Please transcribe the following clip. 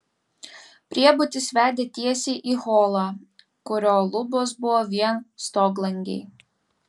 priebutis vedė tiesiai į holą kurio lubos buvo vien stoglangiai